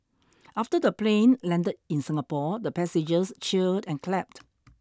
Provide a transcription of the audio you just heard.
after the plane landed in Singapore the passengers cheered and clapped